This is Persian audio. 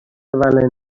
ولنتاین